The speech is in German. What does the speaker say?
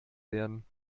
werden